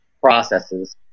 Processes